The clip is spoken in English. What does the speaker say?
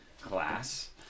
class